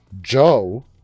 Joe